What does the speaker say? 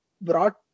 brought